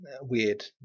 weird